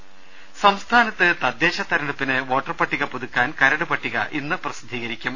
ദരദ സംസ്ഥാനത്ത് തദ്ദേശ തെരഞ്ഞെടുപ്പിന് വോട്ടർ പട്ടിക പുതുക്കാൻ കരട് പട്ടിക ഇന്ന് പ്രസിദ്ധീകരിക്കും